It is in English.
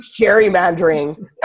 gerrymandering